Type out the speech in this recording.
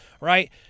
right